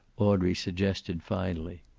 audrey suggested finally.